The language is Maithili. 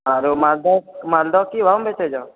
आरो मालदह मालदह की भावमे बेचै छऽ